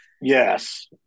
yes